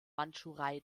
mandschurei